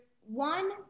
one